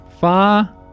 Far